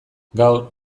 gaur